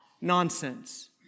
nonsense